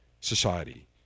society